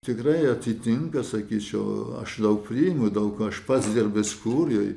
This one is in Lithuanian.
tikrai atitinka sakyčiau aš daug priimu daug aš pats dirbęs kurijoj